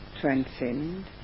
transcend